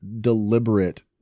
deliberate